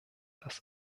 das